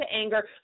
anger